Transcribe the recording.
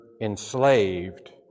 enslaved